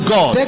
God